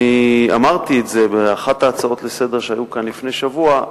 אמרתי את זה באחת ההצעות לסדר-היום שהיו כאן לפני שבוע: